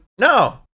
no